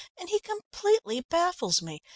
and he completely baffles me.